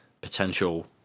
potential